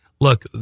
look